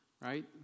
right